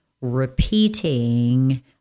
repeating